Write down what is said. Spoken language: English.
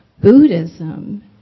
Buddhism